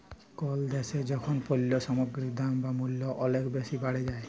call দ্যাশে যখল পল্য সামগ্গির দাম বা মূল্য অলেক বেসি বাড়ে যায়